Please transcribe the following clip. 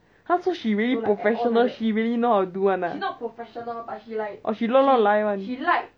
!huh! so she really professional she really know how to do [one] ah or she 乱乱来 [one]